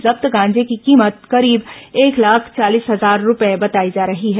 जब्त गांजे की कीमत करीब एक लाख चालीस हजार रूपये बताई जा रही है